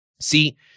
See